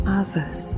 others